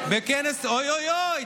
אוי אוי אוי.